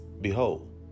Behold